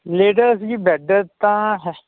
latest ਜੀ bed ਤਾਂ ਹੈ